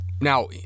now